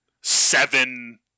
seven